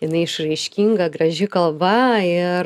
jinai išraiškinga graži kalba ir